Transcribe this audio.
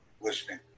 listening